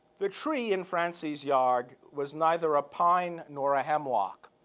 the tree in francie's yard was neither a pine nor a hemlock.